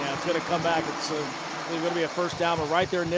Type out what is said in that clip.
it's going to come back. it's i mean going to be a first down. but right there,